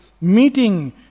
meeting